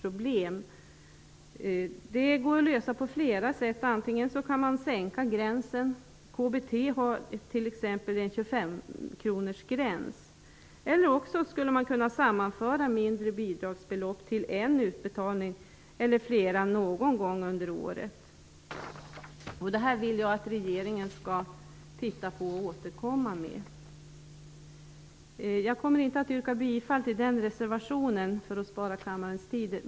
Problemet går att lösa på flera sätt, antingen kan man sänka gränsen -- KBT har t.ex. en 25 kronorsgräns -- eller också kan man sammanföra mindre bidragsbelopp till utbetalning någon eller några gånger per år. Jag vill att regeringen skall se över detta och återkomma. För att spara kammarens tid kommer jag inte att yrka bifall till denna reservation.